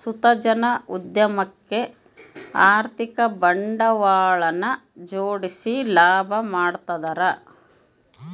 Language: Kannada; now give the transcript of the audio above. ಸುತ ಜನ ಉದ್ಯಮುಕ್ಕ ಆರ್ಥಿಕ ಬಂಡವಾಳನ ಜೋಡಿಸಿ ಲಾಭ ಮಾಡ್ತದರ